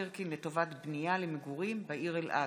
שטחים חקלאיים של כפר סירקין לטובת בנייה למגורים בעיר אלעד.